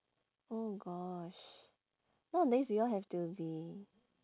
oh gosh nowadays we all have to be